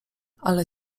ale